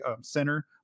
center